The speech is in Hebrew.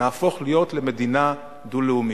נהפוך להיות למדינה דו-לאומית.